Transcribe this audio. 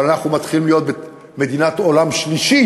אבל אנחנו מתחילים להיות מדינת עולם שלישי